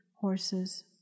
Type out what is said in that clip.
horses